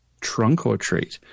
Trunk-or-treat